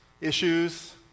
issues